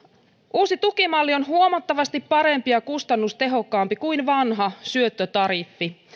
uusi tukimalli on huomattavasti parempi ja kustannustehokkaampi kuin vanha syöttötariffi